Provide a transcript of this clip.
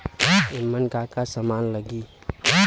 ईमन का का समान लगी?